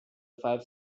five